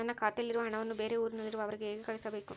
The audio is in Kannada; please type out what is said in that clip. ನನ್ನ ಖಾತೆಯಲ್ಲಿರುವ ಹಣವನ್ನು ಬೇರೆ ಊರಿನಲ್ಲಿರುವ ಅವರಿಗೆ ಹೇಗೆ ಕಳಿಸಬೇಕು?